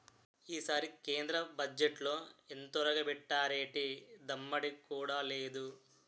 ఈసారి కేంద్ర బజ్జెట్లో ఎంతొరగబెట్టేరేటి దమ్మిడీ కూడా లేదు